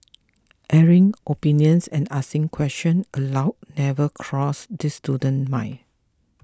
airing opinions and asking question aloud never crossed this student's mind